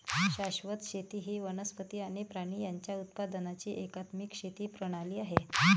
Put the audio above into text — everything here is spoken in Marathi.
शाश्वत शेती ही वनस्पती आणि प्राणी यांच्या उत्पादनाची एकात्मिक शेती प्रणाली आहे